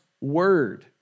word